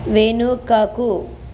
వెనుకకు